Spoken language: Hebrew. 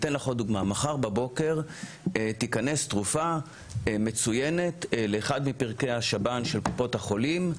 מחר בבוקר תיכנס תרופה מצוינת לאחד מפרקי השב"ן של קופות החולים,